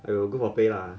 I will go for pay lah